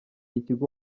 ikigo